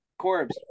Corbs